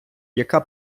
яка